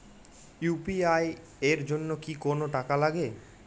UPI এর জন্য কি কোনো টাকা লাগে?